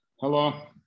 Hello